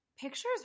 pictures